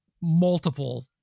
multiple